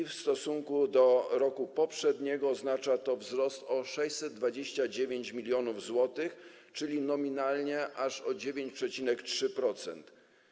W stosunku do roku poprzedniego oznacza to wzrost o 629 mln zł, czyli nominalnie aż o 9,3%.